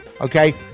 okay